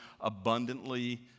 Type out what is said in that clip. abundantly